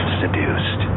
seduced